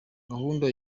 gahunda